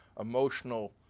emotional